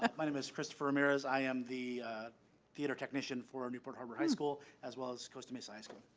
ah my name is christopher ramirez, i am the theater technician for newport harbor high school as well as costa mesa high school.